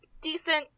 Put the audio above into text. decent